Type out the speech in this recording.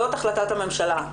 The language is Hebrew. זאת החלטת הממשלה.